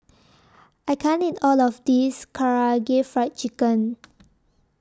I can't eat All of This Karaage Fried Chicken